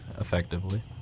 effectively